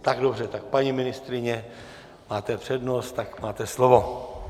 Tak dobře, paní ministryně, máte přednost, tak máte slovo.